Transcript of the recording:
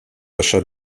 achat